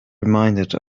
reminded